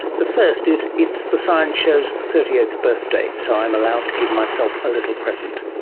the first is it's the science show's thirty eighth birthday, so i'm allowed to give myself a little present.